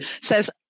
says